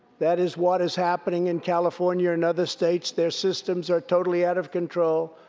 that is what is happening in california and other states. their systems are totally out of control,